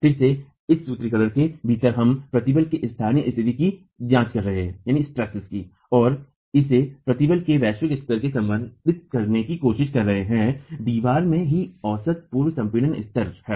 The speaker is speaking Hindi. फिर से इस सूत्रीकरण के भीतर हम प्रतिबल के स्थानीय स्तिथि की जांच कर रहे हैं और इसे प्रतिबल के वैश्विक स्थितियों से संबंधित करने की कोशिश कर रहे हैंदीवार में ही औसत पूर्व संपीड़न स्तर है